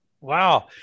Wow